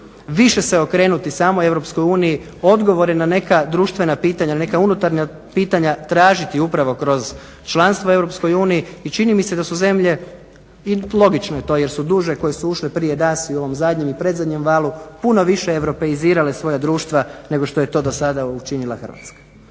više se okrenuti samoj EU, odgovore na neka društvena pitanja, na neka unutarnja pitanja tražiti upravo kroz članstvo u EU i čini mi se da su zemlje i logično je to jer su duže koje su ušle prije nas i u ovom zadnjem i predzadnjem valu puno više europeizirale svoja društva nego što je to do sada učinila Hrvatska.